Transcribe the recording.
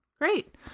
Great